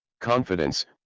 Confidence